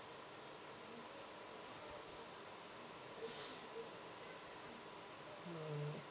mm